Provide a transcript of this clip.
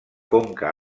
conca